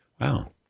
Wow